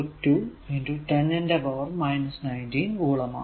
602 10 ന്റെ പവർ 19 കുളം ആണ്